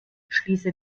schließe